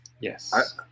Yes